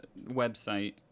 website